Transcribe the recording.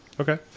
Okay